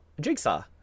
jigsaw